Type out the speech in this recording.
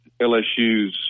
LSU's